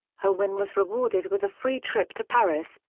her win was rewarded with a free trip to paris,